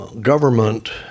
government